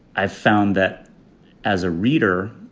i've found that as a reader,